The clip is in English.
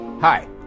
Hi